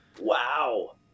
wow